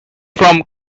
from